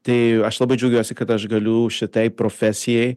tai aš labai džiaugiuosi kad aš galiu šitai profesijai